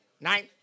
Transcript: Nine